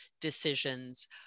decisions